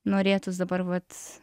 norėtųs dabar vat